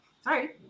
sorry